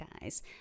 guys